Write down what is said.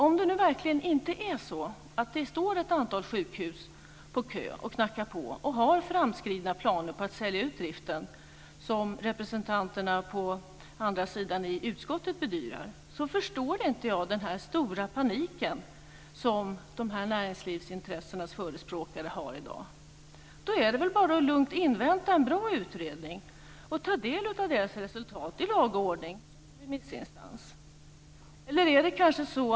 Om det verkligen inte är så att det står ett antal sjukhus på kö och knackar på och har framskridna planer på att sälja ut driften som representanterna på andra sidan bordet i utskottet bedyrar, förstår jag inte den stora paniken som näringslivsintressenas förespråkare har i dag. Då är det bara att lugnt invänta en bra utredning och ta del av deras resultat i laga ordning, som en remissinstans.